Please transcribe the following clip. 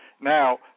Now